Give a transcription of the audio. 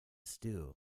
stu